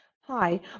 Hi